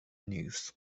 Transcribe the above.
news